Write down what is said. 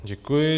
Děkuji.